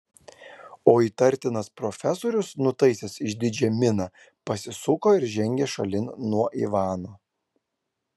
o įtartinas profesorius nutaisęs išdidžią miną pasisuko ir žengė šalin nuo ivano